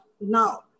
now